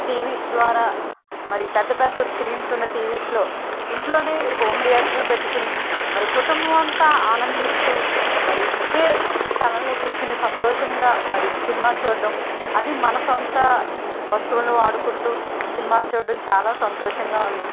TVs ద్వారా మరి పెద్ద పెద్ద స్క్రీన్స్ ఉన్న టీవీస్లో ఇంట్లోనే హోమ్ థియేటర్ పెట్టుకుని మరీ కుటుంబం అంతా ఆనందిస్తూ మరియు ఒకే స్థలంలో కూర్చుని సంతోషంగా మరీ సినిమా చూడడం అది మన సొంత వస్తువులు వాడుకుంటూ సినిమాలు చూడడం చాలా సంతోషంగా ఉంది